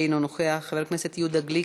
אינו נוכח, חבר הכנסת יהודה גליק,